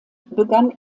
begann